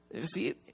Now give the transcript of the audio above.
See